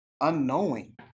unknowing